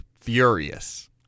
furious